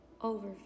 over